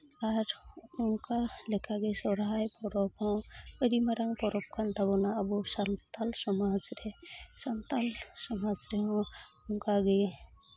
ᱟᱨ ᱚᱱᱠᱟ ᱞᱮᱠᱟᱜᱮ ᱥᱚᱦᱚᱨᱟᱭ ᱯᱚᱨᱚᱵᱽ ᱦᱚᱸ ᱟᱹᱰᱤ ᱢᱟᱨᱟᱝ ᱯᱚᱨᱚᱵᱽ ᱠᱟᱱ ᱛᱟᱵᱳᱱᱟ ᱟᱵᱳ ᱥᱟᱱᱛᱟᱲ ᱥᱚᱢᱟᱡᱽ ᱨᱮ ᱥᱟᱱᱛᱟᱲ ᱥᱚᱢᱟᱡᱽ ᱨᱮᱦᱚᱸ ᱚᱱᱠᱟᱜᱮ